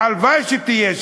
שהלוואי שיהיה,